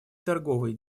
торговой